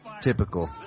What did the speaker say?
Typical